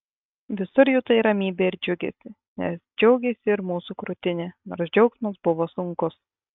visur jutai ramybę ir džiugesį nes džiaugėsi ir mūsų krūtinė nors džiaugsmas buvo sunkus